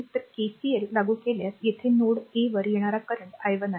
तर केसीएल लागू केल्यास येथे नोड a वर येणारा करंट i1 आहे